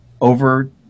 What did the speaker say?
over